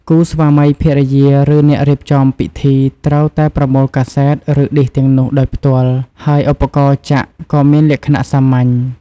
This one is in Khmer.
គូស្វាមីភរិយា ឬអ្នករៀបចំពិធីត្រូវតែប្រមូលកាសែត ឬឌីសទាំងនោះដោយផ្ទាល់ ហើយឧបករណ៍ចាក់ក៏មានលក្ខណៈសាមញ្ញ។